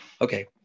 Okay